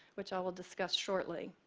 which i will discuss shortly.